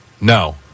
no